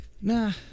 Nah